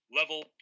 level